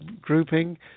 grouping